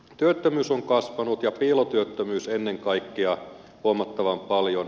työttömyys on kasvanut ja piilotyöttömyys ennen kaikkea huomattavan paljon